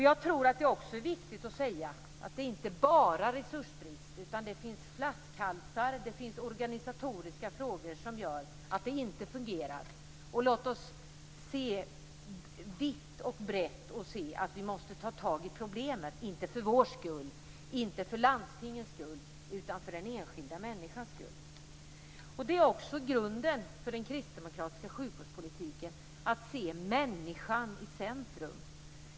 Jag tror att det också är viktigt att säga att det inte bara är resursbrist. Det finns flaskhalsar och organisatoriska frågor som gör att det inte fungerar. Låt oss vitt och brett se att vi måste ta tag i problemen, inte för vår skull, inte för landstingens skull, utan för den enskilda människans skull. Det är också grunden för den kristdemokratiska sjukvårdspolitiken, att se människan i centrum.